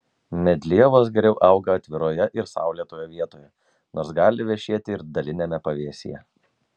medlievos geriau auga atviroje ir saulėtoje vietoje nors gali vešėti ir daliniame pavėsyje